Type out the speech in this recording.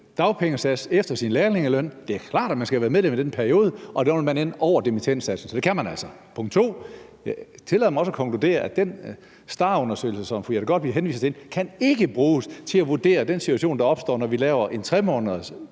dagpengesats efter sin lærlingeløn. Det er klart, at man skal have været medlem i den periode, og der vil man ende over dimittendsatsen. Så det kan man altså. Så er der punkt 2: Jeg tillader mig også at konkludere, at den STAR-undersøgelse, som fru Jette Gottlieb henviser til, ikke kan bruges til at vurdere den situation, der opstår, når vi laver en 3-månedersperiode,